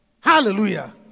Hallelujah